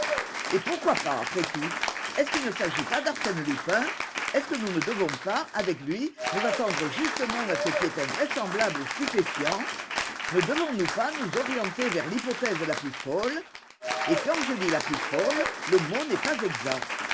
et pourquoi pas après tout est-ce qu'il ne s'agit pas d'arsène lupin est-ce que nous ne devons pas avec lui nous attendre justement à ce qui est invraisemblable et stupéfiant ne devons-nous pas nous orienter vers l'hypothèse la plus folle et quand je dis la plus folle le mot n'est pas exact